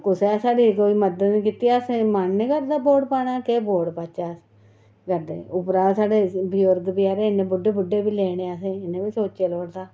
कुसै साढ़ी कोई मदद निं कीती असें मन निं करदा वोट पाने दा कि वोट पाचै अस उप्परां साढ़े बुजुर्ग बचैरे इन्ने बुड्डे बुड्डे बी लेने असें उ'नें बी सोचेआ लोड़दा